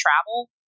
travel